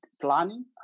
Planning